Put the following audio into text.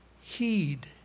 Heed